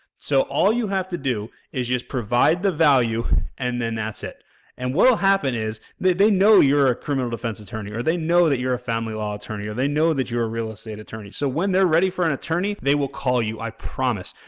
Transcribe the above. so, all you have to do is just provide the value and then that's it and what will happen is they they know you're a criminal defense attorney or they know that you're a family law attorney or they know that you're a real estate attorney. so, when they're ready for an attorney they will call you, i promise.